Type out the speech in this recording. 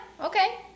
okay